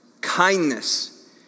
kindness